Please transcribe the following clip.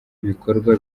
bikorwa